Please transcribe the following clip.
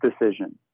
decision